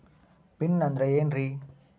Pin ಅಂದ್ರೆ ಏನ್ರಿ?